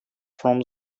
from